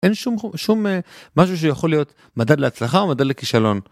אין שום-שום אה, משהו שיכול להיות מדד להצלחה ומדד לכישלון.